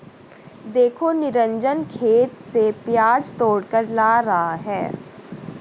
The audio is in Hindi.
देखो निरंजन खेत से प्याज तोड़कर ला रहा है